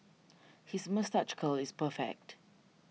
his moustache curl is perfect